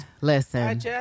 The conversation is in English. Listen